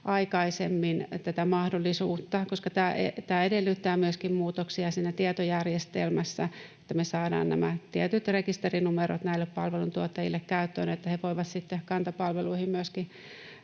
aikaisemmin tätä mahdollisuutta, koska tämä edellyttää myöskin muutoksia siinä tietojärjestelmässä, että me saadaan nämä tietyt rekisterinumerot näille palveluntuottajille käyttöön, että he voivat sitten Kanta-palveluihin myöskin